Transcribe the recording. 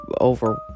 over